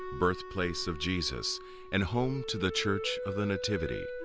birth place of jesus and home to the church of the nativity,